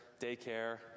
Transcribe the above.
daycare